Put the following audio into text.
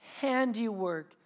handiwork